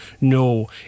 no